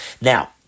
Now